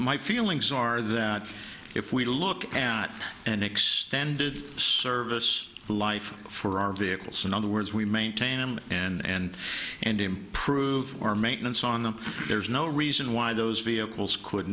my feelings are that if we look at an extended service life for our vehicles in other words we maintain them and and improve our maintenance on them there's no reason why those vehicles could